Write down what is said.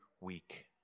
week